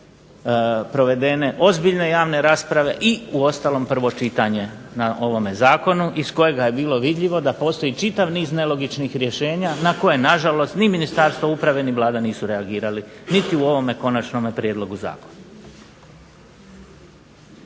provedene ozbiljne javne rasprave i uostalom prvo čitanje na ovome zakonu, iz kojega je bilo vidljivo da postoji čitav niz nelogičnih rješenja na koje na žalost ni Ministarstvo uprave, ni Vlada nisu reagirali, niti u ovome konačnome prijedlogu zakona.